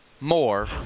More